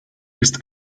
ist